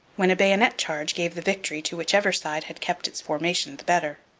when a bayonet charge gave the victory to whichever side had kept its formation the better.